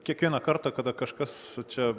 kiekvieną kartą kada kažkas čia